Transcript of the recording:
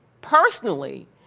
personally